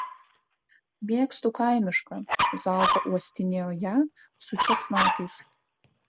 mėgstu kaimišką zauka uostinėjo ją su česnakais